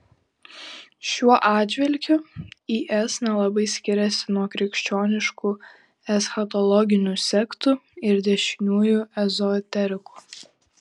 šiuo atžvilgiu is nelabai skiriasi nuo krikščioniškų eschatologinių sektų ir dešiniųjų ezoterikų